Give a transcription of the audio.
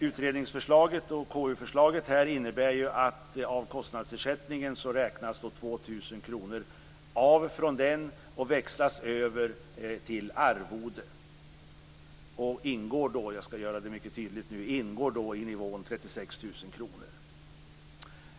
Utredningsförslaget och KU-förslaget här innebär att 2 000 kr räknas av från kostnadsersättningen och växlas över till arvode. De ingår då - jag skall göra det mycket tydligt nu - i nivån 36 000 kr.